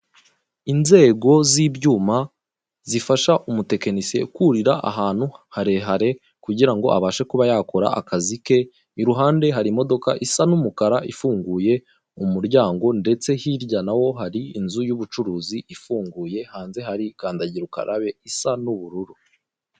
Inzego z'ibyuma zifasha umutekenisiye kurira ahantu harehare kugirango abashe kuba yakora akazi ke. Iruhande hari imodoka isa n'umukara ifunguye umuryango ndetse hirya na ho hari inzu y'ubucuruzi ifunguye, hanze hari kandagira ukarabe isa nk'ubururu.